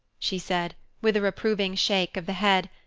she said, with a reproving shake of the head,